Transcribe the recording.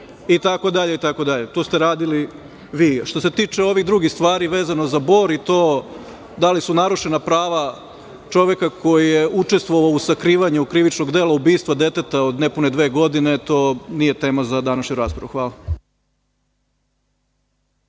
jeftini parizer itd. To ste radili vi. Što se tiče ovih drugih stvari vezano za Bor i to da li su narušena prava čoveka koji je učestvovao u sakrivanju krivičnog dela ubistva deteta od nepune dve godine, to nije tema za današnju raspravu. Hvala.